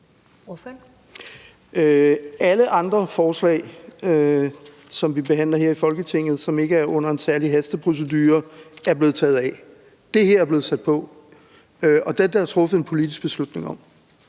Alle andre forslag, som vi behandler her i Folketinget, og som ikke er under en særlig hasteprocedure, er blevet taget af. Det her er blevet sat på, og det er der blevet truffet en politisk beslutning om.